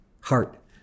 heart